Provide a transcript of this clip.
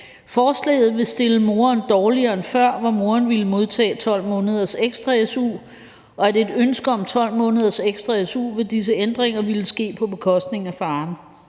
Forslaget vil stille moren dårligere end før, hvor moren ville modtage 12 måneders ekstra su, og et ønske om 12 måneders ekstra su ved disse ændringer vil ske på bekostning af faren.